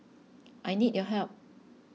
I need your help